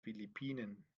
philippinen